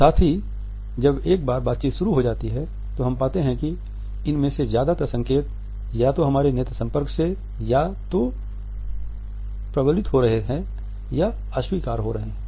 साथ ही जब एक बार बातचीत शुरू हो जाती है तो हम पाते हैं कि इन में से ज्यादातर संकेत या तो हमारे नेत्र संपर्क से या तो प्रबलित हो रहे हैं या अस्वीकार हो रहे हैं